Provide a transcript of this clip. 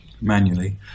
manually